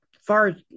Far